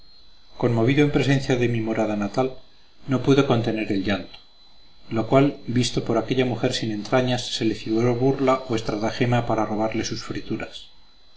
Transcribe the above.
conmovido en presencia de mi morada natal no pude contener el llanto lo cual visto por aquella mujer sin entrañas se le figuró burla o estratagema para robarle sus frituras